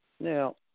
Now